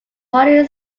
holy